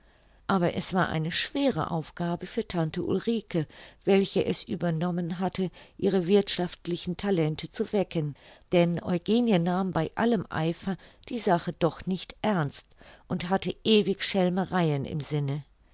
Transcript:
aber es war eine schwere aufgabe für tante ulrike welche es übernommen hatte ihre wirthschaftlichen talente zu wecken denn eugenie nahm bei allem eifer die sache doch nicht ernst und hatte ewig schelmereien im sinne